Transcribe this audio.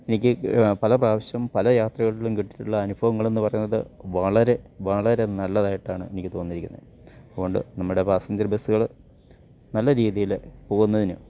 എനിക്ക് പല പ്രാവശ്യം പല യാത്രകളിലും കിട്ടീട്ടുള്ള അനുഭവങ്ങളെന്ന് പറയുന്നത് വളരെ വളരെ നല്ലതായിട്ടാണ് എനിക്ക് തോന്നീരിക്കുന്നത് അതോണ്ട് നമ്മുടെ പാസഞ്ചർ ബെസ്സ്കൾ നല്ല രീതീൽ പോകുന്നതിനും